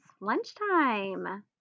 lunchtime